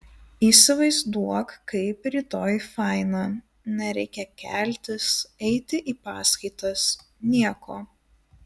įsivaizduok kaip rytoj faina nereikia keltis eiti į paskaitas nieko